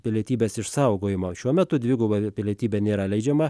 pilietybės išsaugojimo šiuo metu dviguba pilietybė nėra leidžiama